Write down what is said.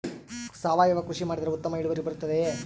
ಸಾವಯುವ ಕೃಷಿ ಮಾಡಿದರೆ ಉತ್ತಮ ಇಳುವರಿ ಬರುತ್ತದೆಯೇ?